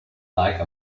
like